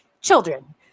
children